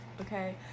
okay